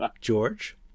George